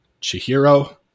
Chihiro